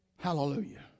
Hallelujah